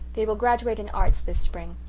they will graduate in arts this spring.